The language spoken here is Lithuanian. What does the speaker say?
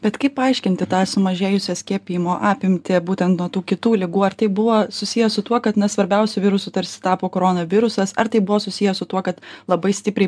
bet kaip paaiškinti tą sumažėjusią skiepijimo apimtį būtent nuo tų kitų ligų ar tai buvo susiję su tuo kad na svarbiausiu virusu tarsi tapo corona virusas ar tai buvo susiję su tuo kad labai stipriai